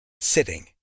sitting